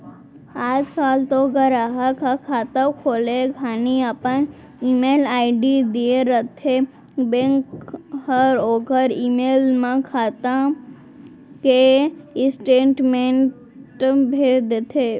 आज काल तो गराहक ह खाता खोले घानी अपन ईमेल आईडी दिए रथें बेंक हर ओकर ईमेल म खाता के स्टेटमेंट भेज देथे